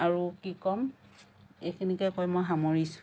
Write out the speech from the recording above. আৰু কি ক'ম এইখিনিকে কৈ মই সামৰিছোঁ